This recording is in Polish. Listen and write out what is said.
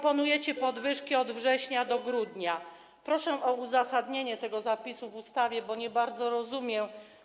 Proponujecie podwyżki od września do grudnia - proszę o uzasadnienie tego zapisu w ustawie, bo nie bardzo rozumiem.